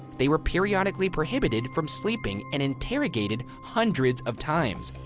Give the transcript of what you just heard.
they were periodically prohibited from sleeping and interrogated hundreds of times.